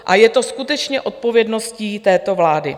A je to skutečně odpovědností této vlády.